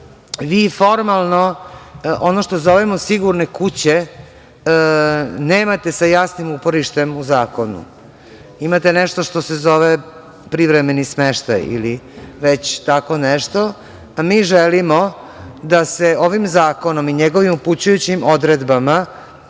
vi formalno, ono što zovemo "sigurne kuće", nemate sa jasnim uporištem u zakonu. Imate nešto što se zove privremeni smeštaj ili već tako nešto. Mi želimo da se ovim zakonom i njegovim upućujućim odredbama